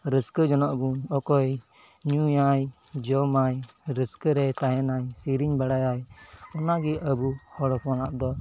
ᱨᱟᱹᱥᱠᱟᱹ ᱡᱚᱱᱚᱜ ᱟᱵᱚᱱ ᱚᱠᱚᱭ ᱧᱩᱭᱟᱭ ᱡᱚᱢᱟᱭ ᱨᱟᱹᱥᱠᱟᱹᱨᱮ ᱛᱟᱦᱮᱱᱟᱭ ᱥᱮᱨᱮᱧ ᱵᱟᱲᱟᱭᱟᱭ ᱚᱱᱟᱜᱮ ᱟᱵᱚ ᱦᱚᱲ ᱦᱚᱯᱚᱱᱟᱜ ᱫᱚ